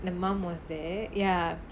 the mom was there ya